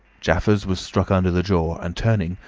jaffers was struck under the jaw, and, turning,